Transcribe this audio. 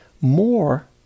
more